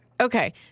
Okay